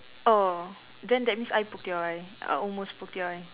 oh then that means I poked your eye I almost poke your eye